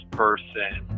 person